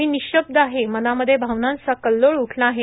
मी निःशब्द आहे मनामध्ये भावनांचा कल्लोळ उठला आहे